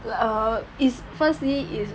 err it's firstly is